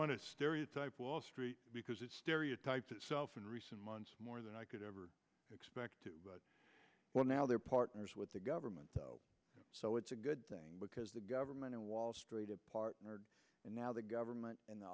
want to stereotype wall street because it's stereotyped itself in recent months more than i could ever expect well now they're partners with the government so it's a good thing because the government and wall street partnered and now the government and the